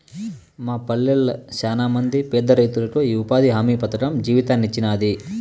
మా పల్లెళ్ళ శానమంది పేదరైతులకు ఈ ఉపాధి హామీ పథకం జీవితాన్నిచ్చినాది